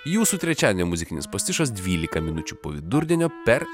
jūsų trečiadienio muzikinis pastišas dvylika minučių po vidurdienio per